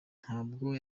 ntabwo